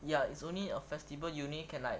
ya it's only a festival you only can like